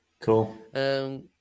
cool